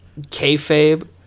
kayfabe